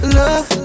love